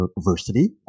university